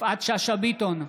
יפעת שאשא ביטון,